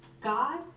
God